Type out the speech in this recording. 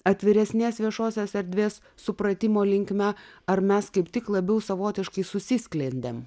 atviresnės viešosios erdvės supratimo linkme ar mes kaip tik labiau savotiškai susisklendėm